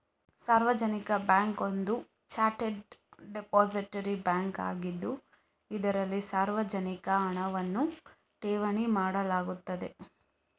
ಸಾರ್ವಜನಿಕ ಬ್ಯಾಂಕ್ ಒಂದು chartered depository bank ಆಗಿದ್ದು, ಇದರಲ್ಲಿ ಸಾರ್ವಜನಿಕ ಹಣವನ್ನು ಠೇವಣಿ ಮಾಡಲಾಗುತ್ತದೆ